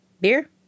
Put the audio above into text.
Beer